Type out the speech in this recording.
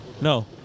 No